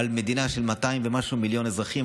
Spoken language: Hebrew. מדינה של 200 ומשהו מיליון אזרחים,